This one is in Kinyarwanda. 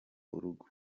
urugo